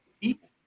people